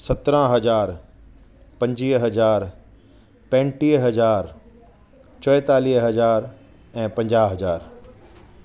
सत्रहं हज़ार पंजीए हज़ार पंजुटीह हज़ार चोएतालीह हज़ार ऐं पंजा हज़ार